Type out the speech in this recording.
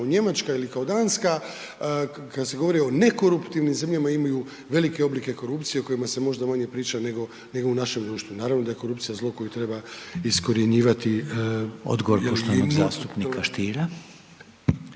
Odgovor poštovanog zastupnika Stiera.